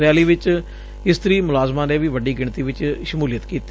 rally ਵਿਚ ਇਸਤਰੀ ਮੁਲਾਜਮਾਂ ਨੇ ਵੀ ਵੱਡੀ ਗਿਣਤੀ ਵਿਚ ਸੂਮਲੀਅਤ ਕੀਤੀ